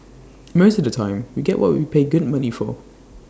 most of the time we get what we pay good money for